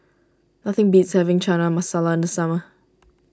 nothing beats having Chana Masala in the summer